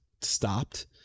stopped